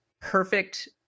perfect